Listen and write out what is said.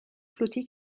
flotter